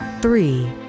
three